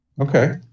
Okay